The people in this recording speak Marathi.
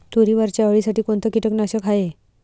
तुरीवरच्या अळीसाठी कोनतं कीटकनाशक हाये?